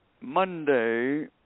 Monday